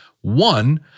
One